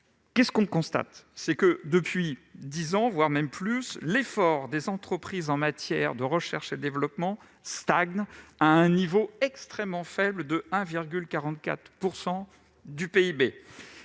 Nous constatons que, depuis dix ans ou plus, l'effort des entreprises en matière de recherche et développement stagne au niveau extrêmement faible de 1,44 % du PIB.